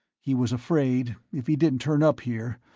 he was afraid, if he didn't turn up here,